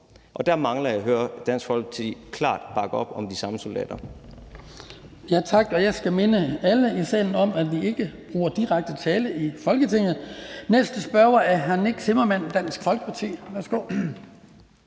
og der mangler jeg at høre Dansk Folkeparti klart bakke op om de samme soldater.